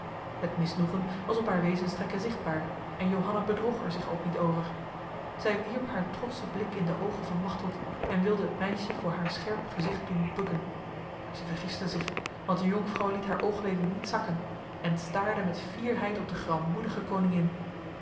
het misnoegen was op haar wezenstrekken zichtbaar en johanna bedroog er zich ook niet over zij wierp haar trotse blik in de ogen van machteld en wilde het meisje voor haar scherp gezicht doen bukken maar zij vergiste zich want de jonkvrouw liet haar oogleden niet zakken en staarde met fierheid op de grammoedige koningin